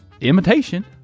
Imitation